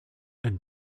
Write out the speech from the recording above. and